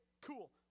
cool